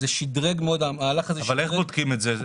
המהלך הזה שדרג --- אבל איך בודקים את זה?